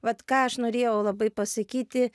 vat ką aš norėjau labai pasakyti